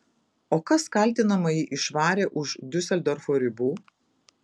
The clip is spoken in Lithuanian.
o kas kaltinamąjį išvarė už diuseldorfo ribų